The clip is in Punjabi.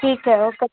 ਠੀਕ ਹੈ ਓਕੇ